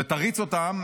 ותריץ אותם,